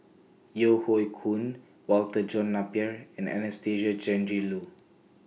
Yeo Hoe Koon Walter John Napier and Anastasia Tjendri Liew